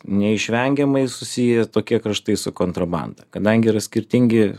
neišvengiamai susiję tokie kraštai su kontrabanda kadangi yra skirtingi